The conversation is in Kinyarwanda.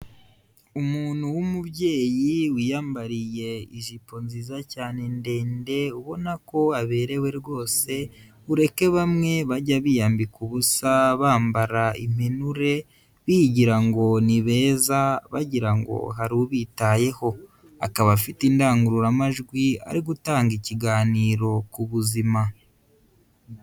Umuntu w'umubyeyi wiyambariye ijipo nziza cyane, ndende, ubona ko aberewe rwose, ureke bamwe bajya biyambika ubusa, bambara impenure, bigira ngo ni beza, bagira ngo hari ubitayeho, akaba afite indangururamajwi, ari gutanga ikiganiro ku buzima.